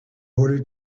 order